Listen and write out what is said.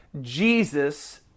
Jesus